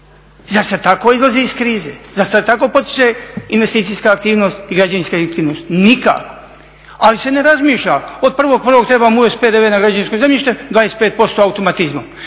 Zar se tako izlazi iz krize? Zar se tako potiče investicijska aktivnost i građevinska aktivnost, nikako. Ali se ne razmišlja od 1.1. trebamo uvesti PDV na građevinsko zemljište 25% automatizmom,